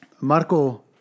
Marco